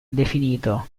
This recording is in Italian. definito